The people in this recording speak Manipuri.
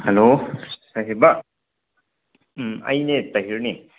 ꯍꯜꯂꯣ ꯍꯥꯏ ꯍꯦꯕꯥ ꯎꯝ ꯑꯩꯅꯦ ꯇꯍꯤꯔꯅꯤ